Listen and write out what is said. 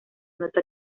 nota